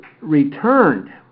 returned